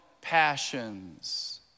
passions